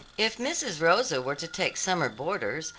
if mrs. rosa were to take summer boarders,